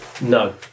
No